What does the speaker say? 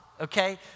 Okay